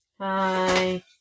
Hi